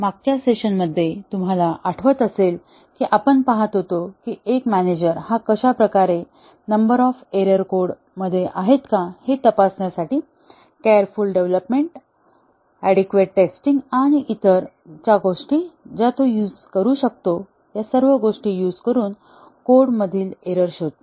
मागच्या सेशनमध्ये तुम्हाला आठवत असेल की आपण पाहत होतो कि एक मॅनेजर हा कशाप्रकारे नंबर ऑफ एरर कोड मध्ये आहेत का हे तपासण्यासाठी केअरफूल डेव्हलोपमेंट अडीक्वेट टेस्टिंग आणि इतर त्या गोष्टी ज्या तो युझ करू शकतो या सर्व गोष्टी युझ करून कोड मधील एरर शोधतो